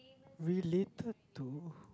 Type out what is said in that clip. related to